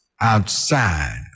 outside